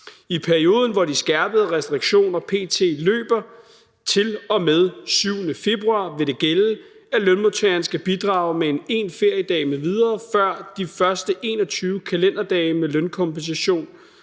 I perioden, hvor de skærpede restriktioner p.t. løber, til og med den 7. februar vil det gælde, at lønmodtageren skal bidrage med 1 feriedag m.v. for de første 21 kalenderdage med lønkompensation,